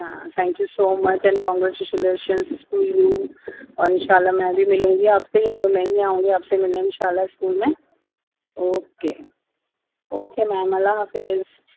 ہاں thank you so much and congratulations to you اور انشاء اللہ میں بھی ملوں گی آپ سے یا تو میں ہی آؤں گی آپ سے ملے انشاء اللہ اسکول میں اوکے اوکے میم اللہ حافظ